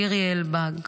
לירי אלבג,